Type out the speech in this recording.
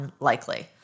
unlikely